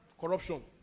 Corruption